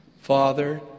Father